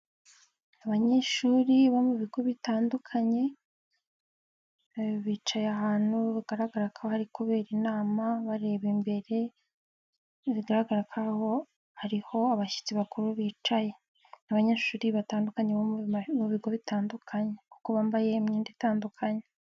Abanyeshuri bo mu bigo bitandukanye, bicaye ahantu rugaragara ko bari kubera inama bareba imbere, zigaragara aho hariho abashyitsi bakuru bicaye. Ni abanyeshuri batandukanye bo mu bigo bitandukanye kuko bambaye imyenda itandukanye.